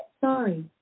Sorry